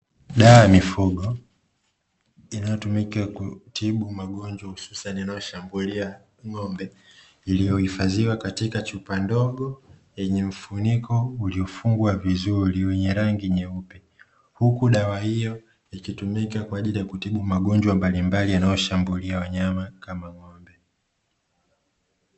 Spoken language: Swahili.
Dawa ya mifugo, inayotumika kutibu magonjwa hususani yanayoshambulia ngombe, iliyohifadhiwa katika chumba ndogo yenye mfuniko uliofungwa vizuri wenye rangi nyeupe, huku dawa hiyo ikitumika kwa ajili ya kutibu magonjwa mbalimbali yanayoshambulia wanyama kama ngombe .